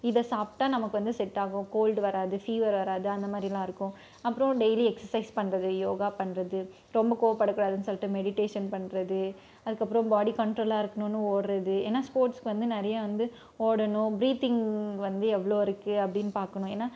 இதை சாப்பிட்டா நமக்கு வந்து செட் ஆகும் கோல்டு வராது ஃபீவர் வராது அந்த மாதிரிலாம் இருக்கும் அப்றம் டெய்லி எக்ஸசைஸ் பண்ணுறது யோகா பண்ணுறது ரொம்ப கோபப்படக்கூடாதுன்னு சொல்லிட்டு மெடிட்டேஷன் பண்ணுறது அதுக்கு அப்றம் பாடி கண்ட்ரோலாக இருக்கணும்னு சொல்லிட்டு ஓடுறது ஏன்னா ஸ்போர்ட்ஸுக்கு வந்து நிறையா வந்து ஓடணும் பிரீத்திங் வந்து எவ்வளோ இருக்கு அப்படின்னு பார்க்கணும் ஏன்னா